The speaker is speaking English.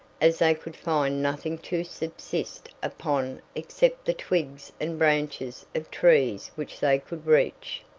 as they could find nothing to subsist upon except the twigs and branches of trees which they could reach.